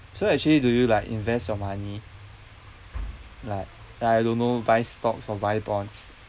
so actually do you like invest your money like I don't know buy stocks or buy bonds